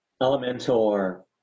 Elementor